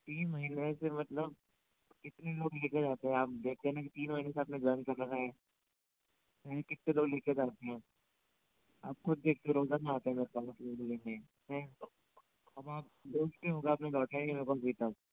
तीन महीने से मतलब कितने लोग लेके जाते हैं आप देखते है ना तीन महीने से अपने ज्वाइन कर रखा है कितने लोग लेके जाते हैं आप खुद देखते हो रोजाना आते हैं मेरे पास लेने के लिए है अब आप दो हफ्ते हो गए अपने लौटाई नहीं मेरे को किताब